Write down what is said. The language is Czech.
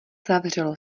zavřelo